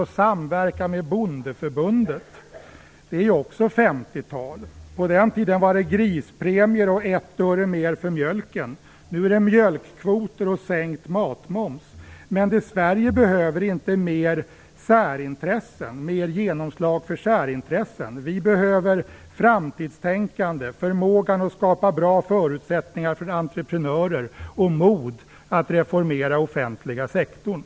Att samverka med Bondeförbundet är också 1950-tal. På den tiden var det grispremier och 1 öre mer för mjölken - nu är det mjölkkvoter och sänkt matmoms. Men det Sverige behöver är inte mer genomslag för särintressen. Vi behöver framtidstänkande, förmåga att skapa bra förutsättningar för entreprenörer och mod att reformera den offentliga sektorn.